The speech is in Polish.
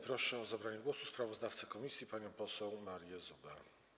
Proszę o zabranie głosu sprawozdawcę komisji panią poseł Marię Zubę.